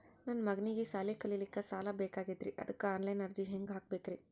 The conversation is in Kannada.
ನನ್ನ ಮಗನಿಗಿ ಸಾಲಿ ಕಲಿಲಕ್ಕ ಸಾಲ ಬೇಕಾಗ್ಯದ್ರಿ ಅದಕ್ಕ ಆನ್ ಲೈನ್ ಅರ್ಜಿ ಹೆಂಗ ಹಾಕಬೇಕ್ರಿ?